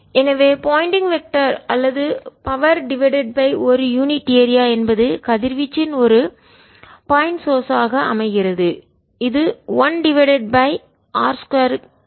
எனவே Poynting vector திசையன் அல்லது பவர்சக்தி டிவைடட் பை ஒரு யூனிட் ஏரியாபகுதிக்கு என்பது கதிர்வீச்சின் ஒரு புள்ளி மூலமாக அமைகிறது இது 1 டிவைடட் பை r2 க்கு விகிதாசாரமாகும்